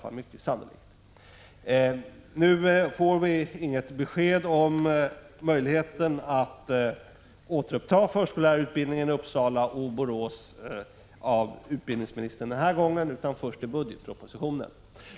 Nu får vi denna gång inget besked av utbildningsministern om möjligheterna att återuppta utbildningen i Uppsala och Borås, utan besked skall ges först i budgetpropositionen.